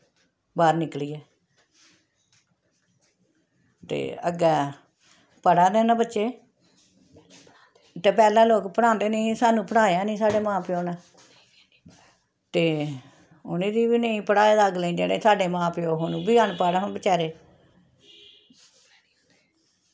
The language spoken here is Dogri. बाह्र निकलियै ते अग्गै पढ़ा दे न बच्चे ते पैह्लें लोक पढ़ांदे निं ते सानू पढ़ाया निं साढ़े मां प्यो न ते उ'नेंगी बी नेईं पढ़ाए दा अगलें जेह्ड़े साढ़े मां प्यो ह न उब्बी अनपढ़ ही बेचारे